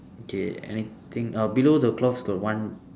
okay anything uh below the cloth got one